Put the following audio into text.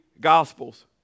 gospels